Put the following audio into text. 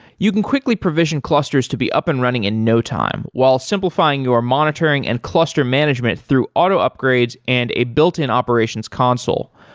you can quickly provision clusters to be up and running in no time while simplifying your monitoring and cluster management through auto upgrades and a built-in operations console.